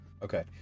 Okay